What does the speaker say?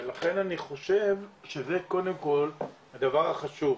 ולכן אני חושב שזה קודם כל הדבר החשוב.